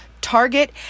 Target